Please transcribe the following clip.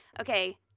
Okay